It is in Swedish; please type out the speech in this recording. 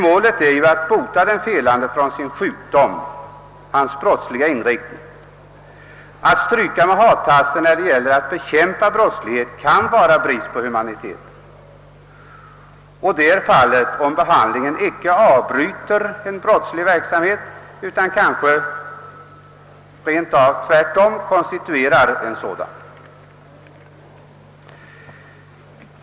Målet är ju att bota den felande från hans sjukdom: hans brottsliga inriktning. Att stryka över med hartassen när det gäller att bekämpa brottslighet kan innebära brist på humanitet, och det är fallet om behandlingen inte leder till att den brottsliga verksamheten upphör utan kanske i stället rent av konstitueras.